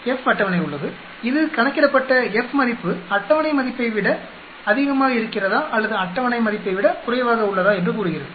F அட்டவணை உள்ளது இது கணக்கிடப்பட்ட F மதிப்பு அட்டவணை மதிப்பை விட அதிகமாக இருக்கிறதா அல்லது அட்டவணை மதிப்பை விட குறைவாக உள்ளதா என்று கூறுகிறது